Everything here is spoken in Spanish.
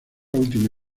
última